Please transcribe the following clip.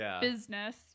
business